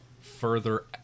further